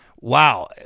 Wow